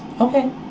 Okay